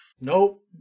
Nope